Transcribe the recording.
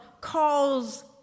calls